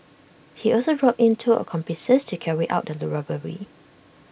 he also roped in two accomplices to carry out the robbery